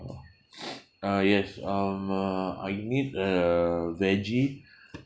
oh uh yes um uh I need a veggie